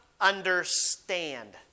understand